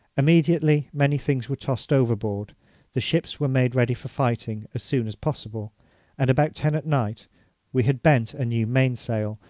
immediately many things were tossed overboard the ships were made ready for fighting as soon as possible and about ten at night we had bent a new main sail,